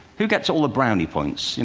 who gets all the brownie points,